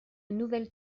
nouvelle